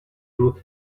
you